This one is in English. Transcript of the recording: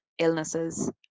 illnesses